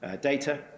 data